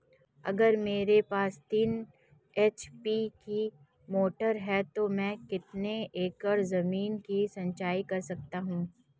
अगर मेरे पास तीन एच.पी की मोटर है तो मैं कितने एकड़ ज़मीन की सिंचाई कर सकता हूँ?